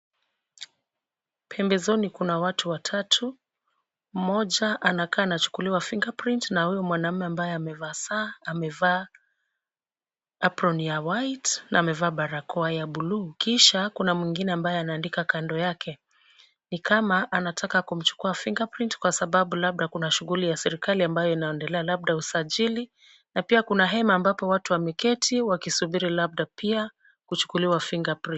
Pembezoni kuna watu watatu, mmoja anakaa na chukuliwa fingerprint , na huyu mwanaume ambaye amevaa saa, amevaa apron ya white , na amevaa barakoa ya buluu. Kisha kuna mwingine ambaye anaandika kando yake. Ni kama anataka kumchukua fingerprint kwa sababu labda kuna shughuli ya serikali ambayo inaendelea labda usajili. Na pia kuna hema ambapo watu wameketi wakisubiri labda pia kuchukuliwa fingerprint .